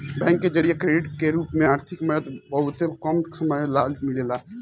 bank के जरिया credit के रूप में आर्थिक मदद बहुते कम समय ला मिलेला